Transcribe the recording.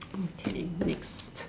okay next